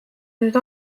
nüüd